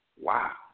Wow